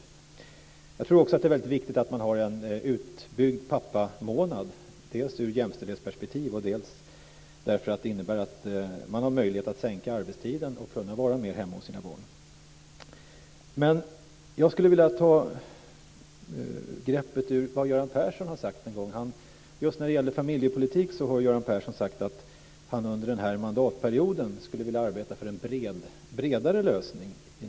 Vidare tror jag att det är väldigt viktigt att ha en utbyggd pappamånad; detta dels i ett jämställdhetsperspektiv, dels därför att det innebär en möjlighet att sänka arbetstiden och att vara hemma mera hos sina barn. Just när det gäller familjepolitik har Göran Persson sagt att han under den här mandatperioden skulle vilja arbeta för en bredare lösning.